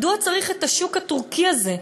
מדוע צריך את השוק הטורקי הזה?